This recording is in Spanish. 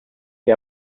que